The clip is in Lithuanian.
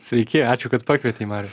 sveiki ačiū kad pakvietei mariau